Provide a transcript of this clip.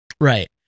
right